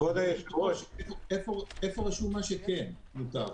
כבוד היושב-ראש, איפה רשום מה שכן מותר?